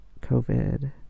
COVID